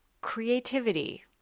creativity